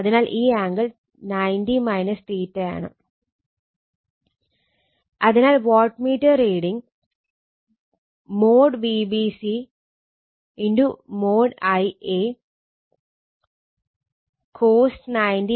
അതിനാൽ ഈ angle 90o ആണ് അതിനാൽ wattmeter reading |Vbc| |Ia| cos VL IL sin പക്ഷെ നമ്മുടെ റിയാക്ടീവ് പവർ √ 3 VL IL sinആണ്